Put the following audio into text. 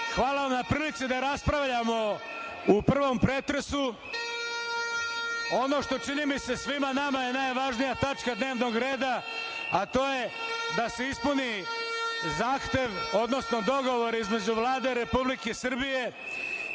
hvala na prilici da raspravljamo u prvom pretresu ono što, čini mi se, svima nama je najvažnija tačka dnevnog reda, a to je da se ispuni zahtev, odnosno dogovor između Vlade Republike Srbije